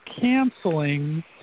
canceling